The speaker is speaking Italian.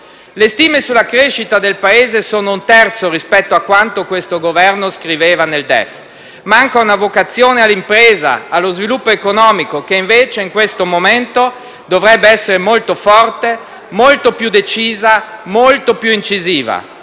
Le stime sulla crescita del Paese sono un terzo rispetto a quanto questo Governo scriveva nel DEF. Manca una vocazione all'impresa, allo sviluppo economico, che invece, in questo momento, dovrebbe essere molto forte, molto più decisa, molto più incisiva.